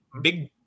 big